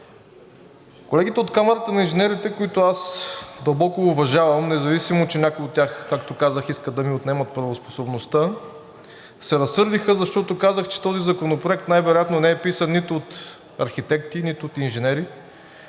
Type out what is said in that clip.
Колегите от Камарата на инженерите, които аз дълбоко уважавам, независимо че някои от тях, както казах, искат да ми отнемат правоспособността, се разсърдиха, защото казах, че този законопроект най-вероятно не е писан нито от архитекти, нито от инженери,